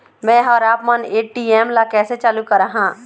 मैं हर आपमन ए.टी.एम ला कैसे चालू कराहां?